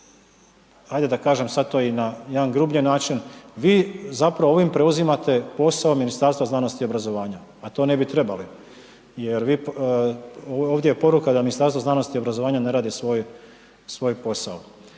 ajde kažem sad to i na jedan grublji način, vi zapravo ovim preuzimate posao Ministarstva znanosti i obrazovanja a to ne bi trebali jer ovdje je poruka Ministarstvo znanosti i obrazovanja ne radi svoj posao